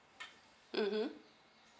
mmhmm